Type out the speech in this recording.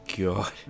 god